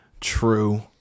True